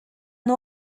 nhw